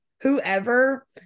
whoever